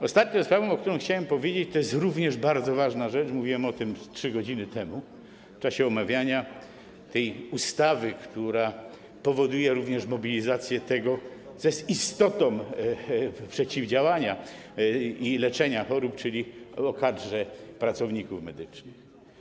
Ostatnią sprawą, o której chciałbym powiedzieć - i to jest również bardzo ważna rzecz - mówiłem o tym 3 godziny temu w czasie omawiania tej ustawy, która powoduje również mobilizację tego, co jest istotą przeciwdziałania i leczenia chorób, jest kadra pracowników medycznych.